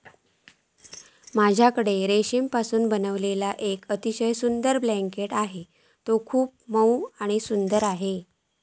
माझ्याकडे रेशीमपासून बनविलेला येक अतिशय सुंदर ब्लँकेट हा ता खूप मऊ आणि सुंदर आसा